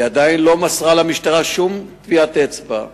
היא עדיין לא מסרה למשטרה שום טביעת אצבע,